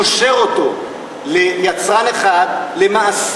קושר אותו ליצרן אחד למעשה.